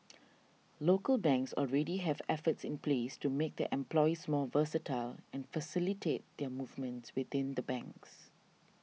local banks already have efforts in place to make their employees more versatile and facilitate their movements within the banks